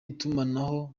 itumanaho